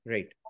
Right